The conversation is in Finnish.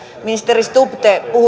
ministeri stubb te